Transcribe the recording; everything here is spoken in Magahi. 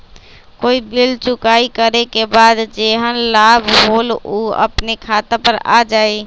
कोई बिल चुकाई करे के बाद जेहन लाभ होल उ अपने खाता पर आ जाई?